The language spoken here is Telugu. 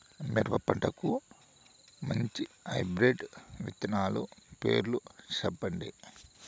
మిరప పంటకు మంచి హైబ్రిడ్ విత్తనాలు పేర్లు సెప్పండి?